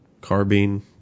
carbine